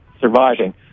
surviving